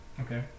Okay